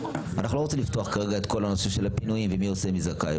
ואנחנו לא רוצים לפתוח כרגע את כל נושא הפינויים ומי עושה ומי זכאי,